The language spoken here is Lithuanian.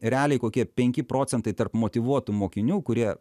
realiai kokie penki procentai tarp motyvuotų mokinių kurie